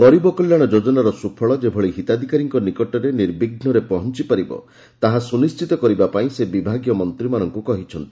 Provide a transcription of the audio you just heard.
ଗରିବ କଲ୍ୟାଣ ଯୋଜନାର ସୁଫଳ ଯେଭଳି ହିତାଧିକାରୀଙ୍କ ନିକଟରେ ନିର୍ବିଘୁରେ ପହଞ୍ଚି ପାରିବ ତାହା ସୁନିଶ୍ଚିତ କରିବା ପାଇଁ ସେ ବିଭାଗୀୟ ମନ୍ତ୍ରୀମାନଙ୍କୁ କହିଛନ୍ତି